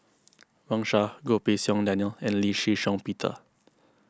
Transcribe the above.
Wang Sha Goh Pei Siong Daniel and Lee Shih Shiong Peter